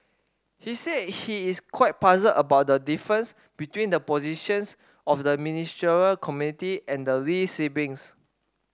he said he is quite puzzled about the difference between the positions of the Ministerial Committee and the Lee siblings